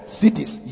cities